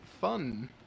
fun